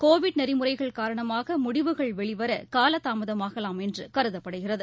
Covid நெறிமுறைகள் காரணமாகமுடிவுகள் வெளிவரகாலதாமதமாகலாம் என்றுகருதப்படுகிறது